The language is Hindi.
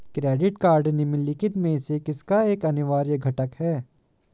क्रेडिट कार्ड निम्नलिखित में से किसका एक अनिवार्य घटक है?